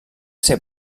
ser